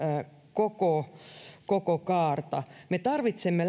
koko koko kaarta me tarvitsemme